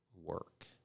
work